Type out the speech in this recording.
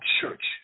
church